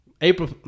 April